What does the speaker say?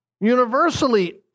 Universally